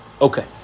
Okay